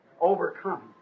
Overcome